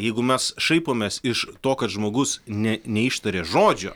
jeigu mes šaipomės iš to kad žmogus ne neištarė žodžio